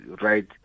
Right